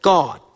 God